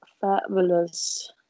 Fabulous